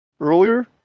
earlier